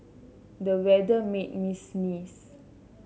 the weather made me sneeze